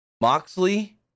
Moxley